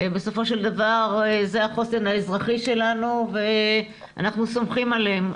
בסופו של דבר זה החוסן האזרחי שלנו ואנחנו סומכים עליהם,